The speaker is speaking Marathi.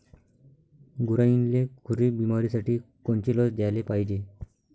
गुरांइले खुरी बिमारीसाठी कोनची लस द्याले पायजे?